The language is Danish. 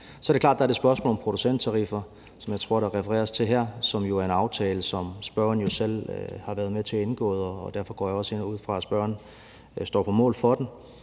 Så er det klart, at der er det spørgsmål om producenttariffer, som jeg tror der refereres til her, og som drejer sig om en aftale, som spørgeren jo selv har været med til at indgå, og derfor går jeg også ud fra, at spørgeren står på mål for den.